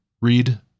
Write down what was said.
read